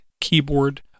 Keyboard